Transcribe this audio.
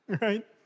right